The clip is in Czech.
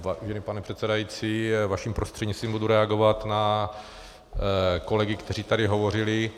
Vážený pane předsedající, vaším prostřednictvím budu reagovat na kolegy, kteří tady hovořili.